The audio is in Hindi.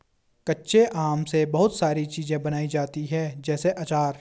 कच्चे आम से बहुत सारी चीज़ें बनाई जाती है जैसे आचार